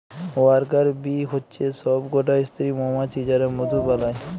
worker bee হচ্যে সব কটা স্ত্রী মমাছি যারা মধু বালায়